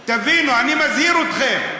תבינו, אני מזהיר אתכם.